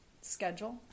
schedule